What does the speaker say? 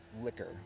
liquor